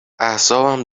اعصابم